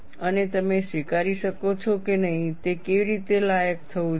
અને તમે સ્વીકારી શકો છો કે નહીં તે કેવી રીતે લાયક થવું જોઈએ